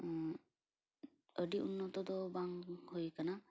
ᱟᱹᱰᱤ ᱩᱱᱚᱛᱚ ᱫᱚ ᱵᱟᱝ ᱦᱩᱭᱟᱠᱟᱱᱟ